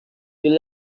you